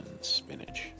spinach